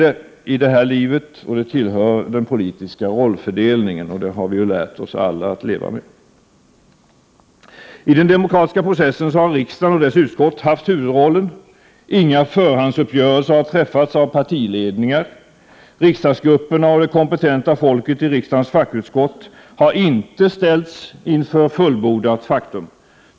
Men det är ett utslag av den politiska rollfördelningen, som vi alla har lärt oss att leva med. I den demokratiska processen har riksdagen och dess utskott haft huvudrollen. Inga förhandsuppgörelser har träffats av partiledningar. Riksdagsgrupperna och det kompetenta folket i riksdagens fackutskott har inte ställts inför fullbordat faktum.